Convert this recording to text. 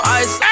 ice